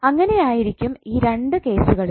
അങ്ങനെയായിരിക്കും ഈ രണ്ടു കേസുകളിലും